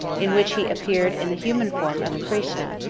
in which he appeared in the human form of krishna,